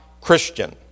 Christian